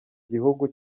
gihugu